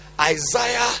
Isaiah